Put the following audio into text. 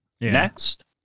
next